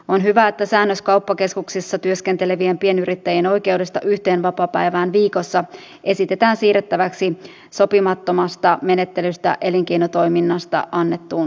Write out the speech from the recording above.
on hyvä että säännös kauppakeskuksissa työskentelevien pienyrittäjien oikeudesta yhteen vapaapäivään viikossa esitetään siirrettäväksi sopimattomasta menettelystä elinkeinotoiminnassa annettuun lakiin